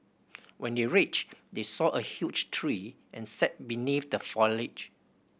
when they reach they saw a huge tree and sat beneath the foliage